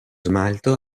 smalto